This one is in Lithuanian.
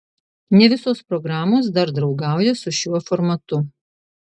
ne visos programos dar draugauja su šiuo formatu